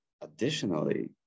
additionally